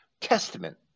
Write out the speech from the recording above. Testament